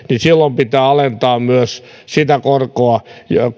silloin pitää alentaa myös sitä korkoa